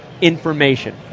information